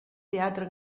teatre